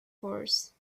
course